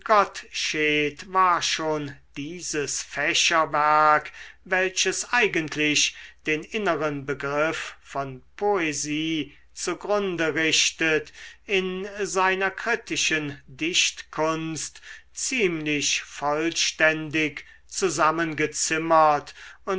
war schon dieses fächerwerk welches eigentlich den inneren begriff von poesie zu grunde richtet in seiner kritischen dichtkunst ziemlich vollständig zusammengezimmert